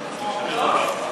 לא?